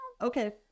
okay